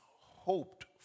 hoped